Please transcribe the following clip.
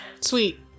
Sweet